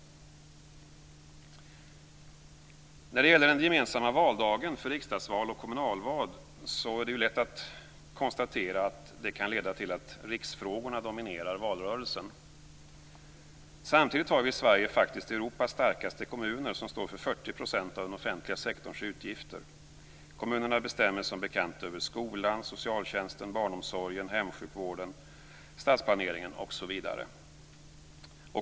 Det är lätt att konstatera att den gemensamma valdagen för riksdagsval och kommunalval kan leda till att riksfrågorna dominerar valrörelsen. Samtidigt har vi i Sverige faktiskt Europas starkaste kommuner, som står för 40 % av den offentliga sektorns utgifter. Kommunerna bestämmer som bekant över skolan, socialtjänsten, barnomsorgen, hemsjukvården, stadsplaneringen osv.